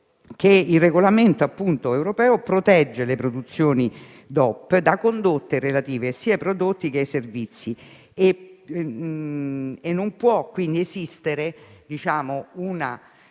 Il regolamento europeo protegge le produzioni DOP da condotte relative sia ai prodotti sia ai servizi; non può quindi esistere, nel